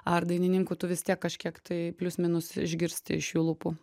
ar dainininkų tu vis tiek kažkiek tai plius minus išgirsti iš jų lūpų